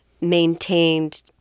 maintained